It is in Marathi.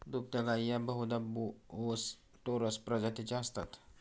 दुभत्या गायी या बहुधा बोस टोरस प्रजातीच्या असतात